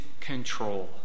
control